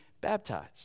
baptized